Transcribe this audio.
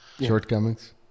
shortcomings